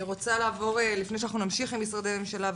לפני שאנחנו נמשיך עם משרדי הממשלה,